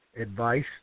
Advice